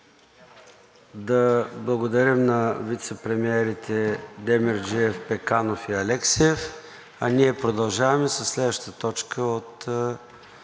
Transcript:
Да благодарим на вицепремиерите Демерджиев, Пеканов и Алексиев. А ние продължаваме със следващата точка от